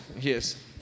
yes